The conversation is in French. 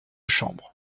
chambre